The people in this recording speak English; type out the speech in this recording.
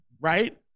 right